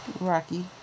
Rocky